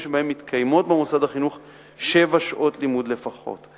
שבהם מתקיימות במוסד החינוך שבע שעות לימוד לפחות.